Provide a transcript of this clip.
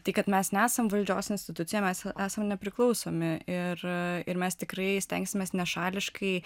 tai kad mes nesam valdžios institucija mes esam nepriklausomi ir ir mes tikrai stengsimės nešališkai